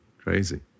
Crazy